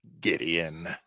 Gideon